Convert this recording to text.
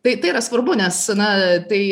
tai tai yra svarbu nes na tai